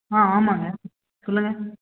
ஆ ஆமாங்க சொல்லுங்கள்